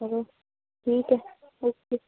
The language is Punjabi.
ਹੋਰ ਠੀਕ ਹੈ ਓਕੇ